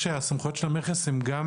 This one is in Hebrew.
הסמכויות של המכס הן גם